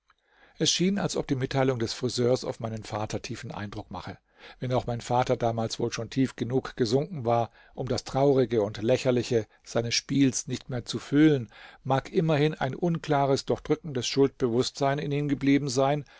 es schien als ob die mitteilung des friseurs auf meinen vater tiefen eindruck mache wenn auch mein vater damals wohl schon tief genug gesunken war um das traurige und lächerliche seines spiels nicht mehr zu fühlen mag immerhin ein unklares doch drückendes schuldbewußtsein in ihm geblieben sein